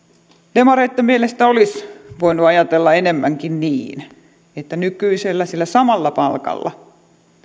demareitten mielestä olisi voinut ajatella enemmänkin niin että nykyisellä sillä samalla palkalla